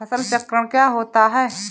फसल चक्रण क्या होता है?